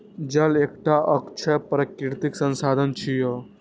जल एकटा अक्षय प्राकृतिक संसाधन छियै